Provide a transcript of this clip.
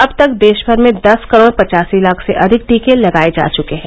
अब तक देशभर में दस करोड पचासी लाख से अधिक टीके लगाए जा चुके हैं